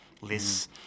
lists